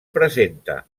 presenta